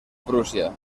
prusia